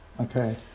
Okay